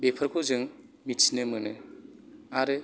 बेफोरखौ जों मिथिनो मोनो आरो